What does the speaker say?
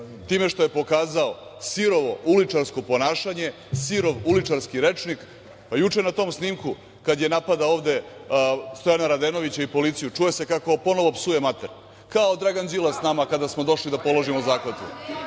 time što je pokazao sirovo uličarsko ponašanje, sirov uličarski rečnik. Juče na tom snimku kada je napadao ovde Stojana Radenovića i policiju čuje se ponovo kako psuje mater, kao Dragan Đilas nama kada smo došli da položimo